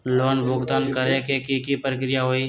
Loan भुगतान करे के की की प्रक्रिया होई?